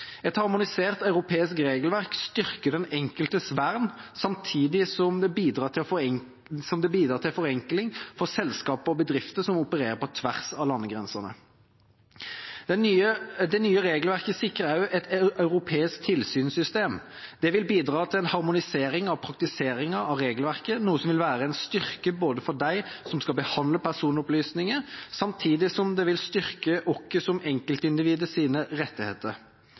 Et harmonisert europeisk regelverk styrker den enkeltes vern samtidig som det bidrar til forenkling for selskaper og bedrifter som opererer på tvers av landegrensene. Det nye regelverket sikrer også et europeisk tilsynssystem. Det vil bidra til en harmonisering av praktiseringen av regelverket, noe som vil være en styrke for dem som skal behandle personopplysninger, samtidig som det vil styrke